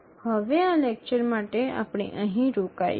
હવે આ લેક્ચર માટે આપણે અહીં રોકાઈશું